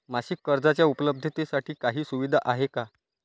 मासिक कर्जाच्या उपलब्धतेसाठी काही सुविधा आहे का?